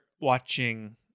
watching